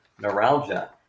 neuralgia